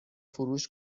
فروش